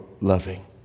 loving